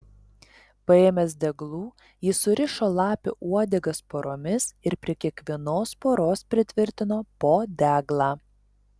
paėmęs deglų jis surišo lapių uodegas poromis ir prie kiekvienos poros pritvirtino po deglą